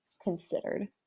considered